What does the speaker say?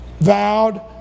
vowed